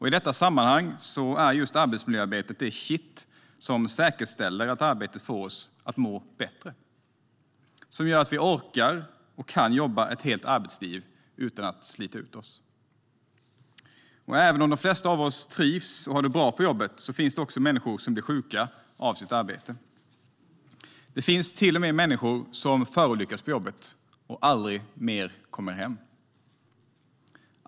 I detta sammanhang är arbetsmiljöarbete det kitt som säkerställer att arbetet får oss att må bättre och gör att vi orkar och kan jobba ett helt arbetsliv utan att slita ut oss. Även om de flesta av oss trivs och har det bra på jobbet finns det också människor som blir sjuka av sitt arbete. Det finns till och med människor som förolyckas på jobbet och aldrig mer kommer hem.